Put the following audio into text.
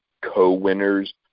co-winners